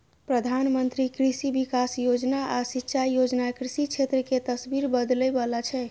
प्रधानमंत्री कृषि विकास योजना आ सिंचाई योजना कृषि क्षेत्र के तस्वीर बदलै बला छै